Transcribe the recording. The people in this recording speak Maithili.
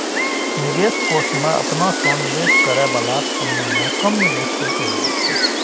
निवेश कोष मे अपना सं निवेश करै बलाक तुलना मे कम निवेश शुल्क लागै छै